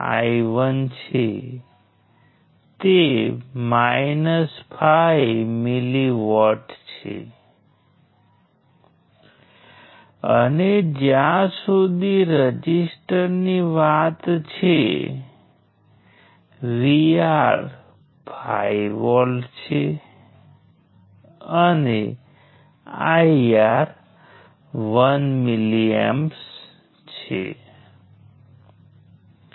તેથી સ્પષ્ટપણે નોડ 1 થી નોડ N સુધી જવા માટે દરેક સફળ જોડી વચ્ચે એક બ્રાન્ચને જોડીને તમારી પાસે N માઈનસ 1 બ્રાન્ચીઝ હશે